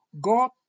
God